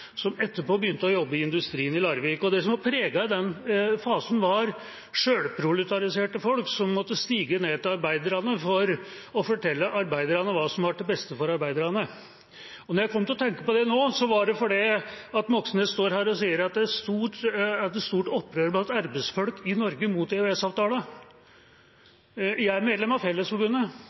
som etterpå begynte å jobbe i industrien i Larvik. Det som preget den fasen, var sjølproletariserte folk som måtte stige ned til arbeiderne for å fortelle arbeiderne hva som var til det beste for arbeiderne. Når jeg kom til å tenke på det nå, var det fordi Moxnes står her og sier at det er et stort opprør blant arbeidsfolk mot EØS-avtalen. Jeg er medlem av Fellesforbundet.